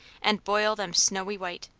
and boil them snowy white.